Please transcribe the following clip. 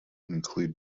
include